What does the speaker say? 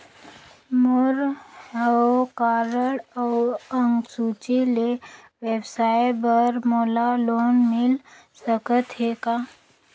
मोर हव कारड अउ अंक सूची ले व्यवसाय बर मोला लोन मिल सकत हे का?